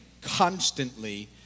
constantly